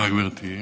תודה, גברתי.